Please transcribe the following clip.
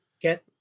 get